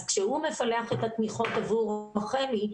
כשהוא מפלח את התמיכות עבור רחלי,